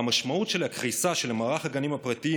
והמשמעות של הקריסה של מערך הגנים הפרטיים